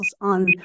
on